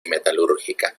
metalúrgica